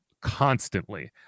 constantly